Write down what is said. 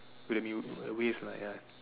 would've been a waste lah ya